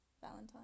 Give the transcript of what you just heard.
Valentine